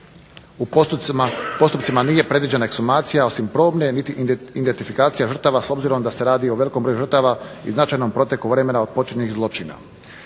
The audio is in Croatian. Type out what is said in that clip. U postupcima nije predložene ekshumacija, osim probne niti identifikacija žrtava s obzirom da se radi o velikom broju žrtava i značajnom proteku vremena od počinjenih zločina.